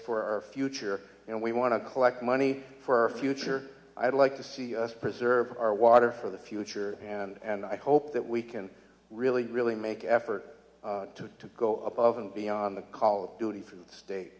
for our future and we want to collect money for future i'd like to see us preserve our water for the future and i hope that we can really really make effort to go above and beyond the call of duty for the state